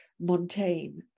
Montaigne